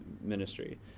ministry